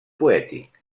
poètic